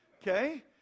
Okay